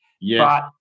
Yes